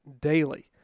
daily